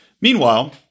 Meanwhile